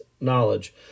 knowledge